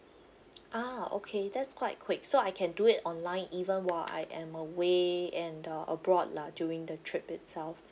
ah okay that's quite quick so I can do it online even while I am away and the abroad lah during the trip itself